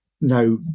Now